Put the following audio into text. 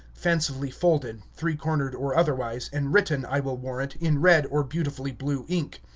fancifully folded, three-cornered or otherwise, and written, i will warrant, in red or beautifully blue ink.